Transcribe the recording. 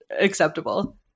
acceptable